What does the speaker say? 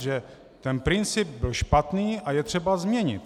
Že princip byl špatný a je třeba ho změnit.